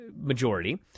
majority